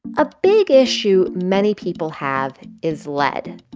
a big issue many people have is lead.